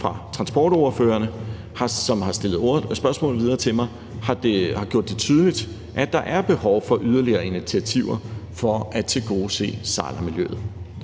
fra transportordførerne, som har stillet spørgsmålene videre til mig, har gjort det tydeligt, at der er behov for yderligere initiativer for at tilgodese sejlermiljøet.